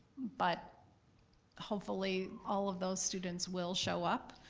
but hopefully all of those students will show up.